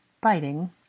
Biting